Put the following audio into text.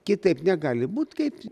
kitaip negali būt kaip